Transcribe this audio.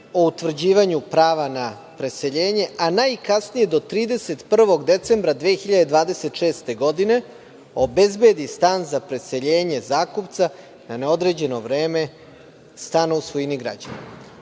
o utvrđivanju prava na preseljenje, a najkasnije do 31. decembra 2026. godine, obezbedi stan za preseljenje zakupca na neodređeno vreme stana u svojini građana.